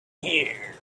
here